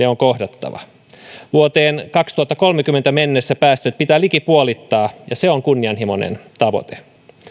on kohdattava vuoteen kaksituhattakolmekymmentä mennessä päästöt pitää liki puolittaa ja se on kunnianhimoinen tavoite